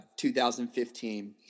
2015